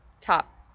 top